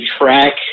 track